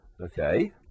okay